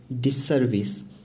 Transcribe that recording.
disservice